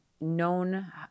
known